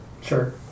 Sure